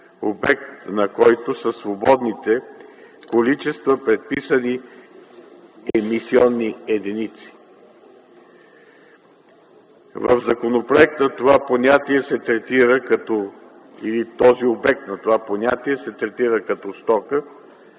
обект на който са свободните количества предписани емисионни единици. В законопроекта това понятие или този обект